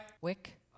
Wick